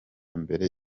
mbere